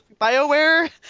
Bioware